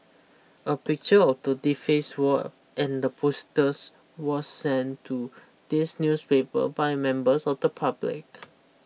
a picture of the defaced wall and the posters was sent to this newspaper by members of the public